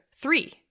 Three